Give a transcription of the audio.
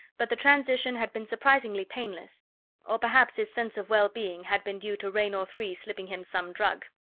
but the transition had been surprisingly painless or perhaps his sense of well-being had been due to raynor three slipping him some drug.